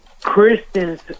christians